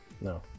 No